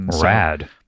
Rad